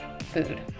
food